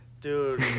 Dude